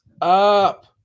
up